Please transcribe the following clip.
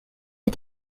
les